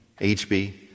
HB